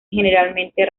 generalmente